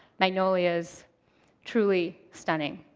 magnolias truly stunning.